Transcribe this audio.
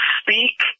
speak